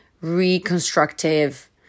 reconstructive